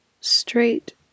straight